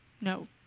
No